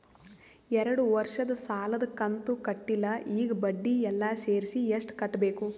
ಎರಡು ವರ್ಷದ ಸಾಲದ ಕಂತು ಕಟ್ಟಿಲ ಈಗ ಬಡ್ಡಿ ಎಲ್ಲಾ ಸೇರಿಸಿ ಎಷ್ಟ ಕಟ್ಟಬೇಕು?